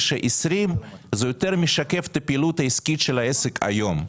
שהתבססות על שנת 2020 יותר משקפת את הפעילות העסקית של העסק היום.